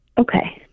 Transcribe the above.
Okay